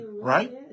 right